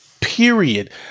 Period